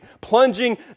Plunging